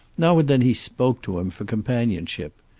now and then he spoke to him, for companionship.